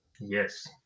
Yes